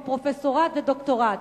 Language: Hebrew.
מפרופסורט ודוקטורט.